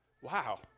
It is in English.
wow